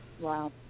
Wow